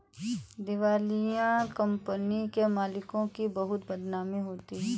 दिवालिया कंपनियों के मालिकों की बहुत बदनामी होती है